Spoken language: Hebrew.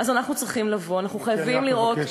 אז אנחנו צריכים לבוא, אנחנו חייבים לראות,